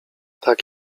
tak